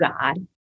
God